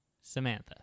Samantha